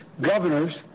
governors